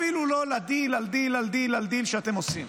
אפילו לא לדיל על דיל על דיל על דיל שאתם עושים.